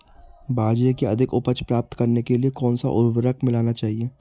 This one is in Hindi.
बाजरे की अधिक उपज प्राप्त करने के लिए कौनसा उर्वरक मिलाना चाहिए?